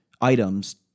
items